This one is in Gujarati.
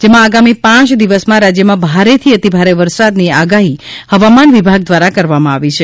જેમાં આગામી પાંચ દિવસમાં રાજ્યમાં ભારેથી અતિભારે વરસાદની આગાહી હવામાન વિભાગ દ્વારા કરવામાં આવી છે